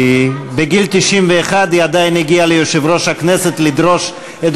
כי בגיל 91 היא עדיין הגיעה ליושב-ראש הכנסת לדרוש את